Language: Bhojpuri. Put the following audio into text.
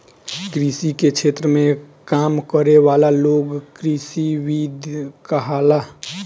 कृषि के क्षेत्र में काम करे वाला लोग कृषिविद कहाला